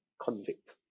convict